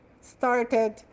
started